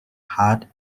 heart